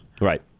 Right